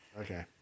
Okay